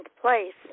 place